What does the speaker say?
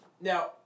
now